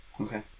Okay